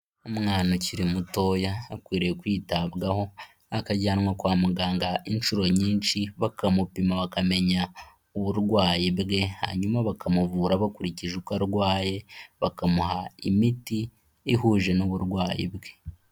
Umwana ukiri mutoya akwiriye kwitabwaho, akajyanwa kwa muganga inshuro nyinshi, bakamupima bakamenya uburwayi bwe, hanyuma bakamuvura bakurikije uko arwaye, bakamuha imiti ihuje n'uburwayi bwe.